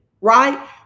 Right